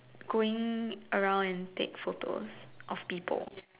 going around and take photos of people